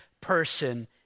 person